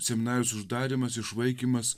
seminarijos uždarymas išvaikymas